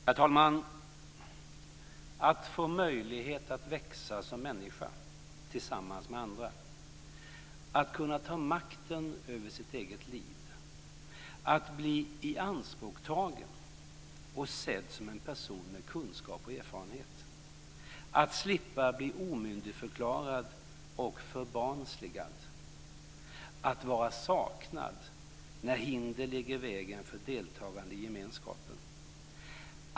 Herr talman! Att få möjlighet att växa som människa, tillsammans med andra. Att kunna ta makten över sitt eget liv. Att bli ianspråktagen och sedd som en person med kunskap och erfarenhet. Att slippa bli omyndigförklarad och förbarnsligad. Att vara saknad när hinder ligger i vägen för deltagande i gemenskapen.